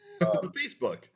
Facebook